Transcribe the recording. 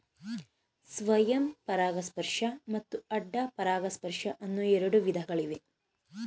ಸ್ವಯಂ ಪರಾಗಸ್ಪರ್ಶ ಮತ್ತು ಅಡ್ಡ ಪರಾಗಸ್ಪರ್ಶ ಅನ್ನೂ ಎರಡು ವಿಧಗಳಿವೆ